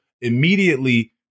immediately